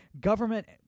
government